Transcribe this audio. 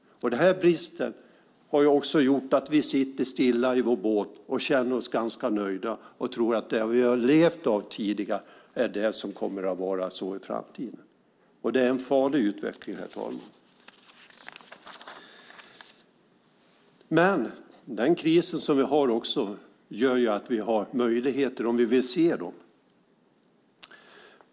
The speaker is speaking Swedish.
Den här bristen har också gjort att vi sitter stilla i vår båt och känner oss ganska nöjda och tror att det vi har levt av tidigare är det som vi också kommer att leva av i framtiden. Det är en farlig utveckling, herr talman. Men den kris som vi har gör också att vi har möjligheter, om vi vill se dem.